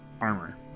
armor